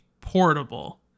portable